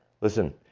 Listen